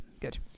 good